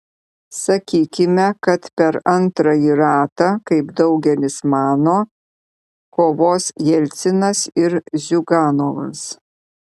sakykime kad per antrąjį ratą kaip daugelis mano kovos jelcinas ir ziuganovas